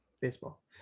baseball